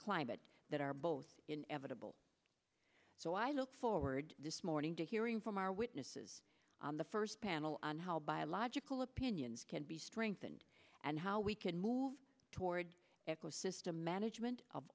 climate that are both inevitable so i look forward this morning to hearing from our witnesses the first panel on how biological opinions can be strengthened and how we can move toward eco system management of